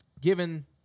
given